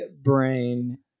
brain